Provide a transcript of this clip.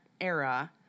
era